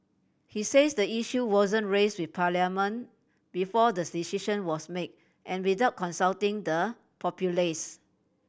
he says the issue wasn't raise with Parliament before the decision was made and without consulting the populace